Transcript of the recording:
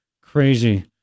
crazy